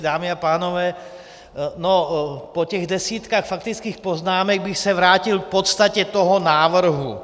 Dámy a pánové, po těch desítkách faktických poznámek bych se vrátil k podstatě toho návrhu.